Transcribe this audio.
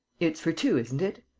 it's for two, isn't it?